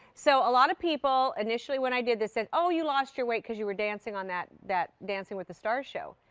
so a lot of people, initially when i did this, said oh, you lost your weight because you were dancing on that that dancing with the stars show.